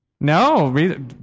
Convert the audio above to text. No